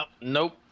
Nope